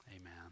amen